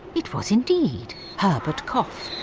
it was indeed herbert cough,